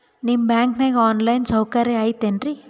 ನಿಮ್ಮ ಬ್ಯಾಂಕನಾಗ online ಸೌಕರ್ಯ ಐತೇನ್ರಿ?